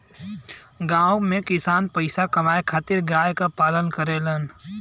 गांव में किसान पईसा कमाए खातिर गाय क पालन करेलन